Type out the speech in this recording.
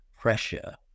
pressure